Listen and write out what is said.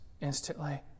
instantly